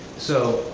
so